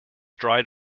dried